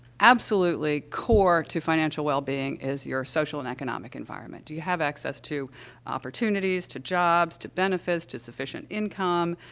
absolutely core to financial wellbeing is your social and economic environment. do you have access to opportunities, to jobs, to benefits, to sufficient income,